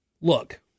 Look